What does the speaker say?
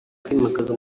kwimakaza